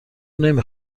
نمی